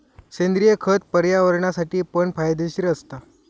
सेंद्रिय खत पर्यावरणासाठी पण फायदेशीर असता